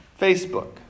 Facebook